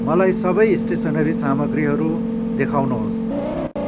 मलाई सबै स्टेसनरी सामग्रीहरू देखाउनुहोस्